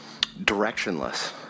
directionless